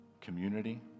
community